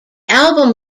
album